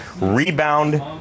rebound